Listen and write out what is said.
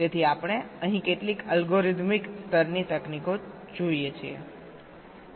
તેથી આપણે અહીં કેટલીક અલ્ગોરિધમિક સ્તરની તકનીકો જોઈએ છીએ